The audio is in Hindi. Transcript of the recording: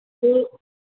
तो